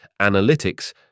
analytics